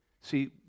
See